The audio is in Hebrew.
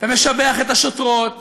ומשבח את השוטרות,